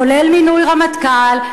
כולל מינוי הרמטכ"ל,